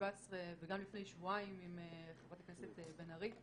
וגם לפני שבועיים עם חברת הכנסת בן ארי.